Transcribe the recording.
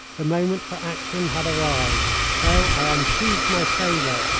the moment for action had arrived, so i unsheathed my sabre.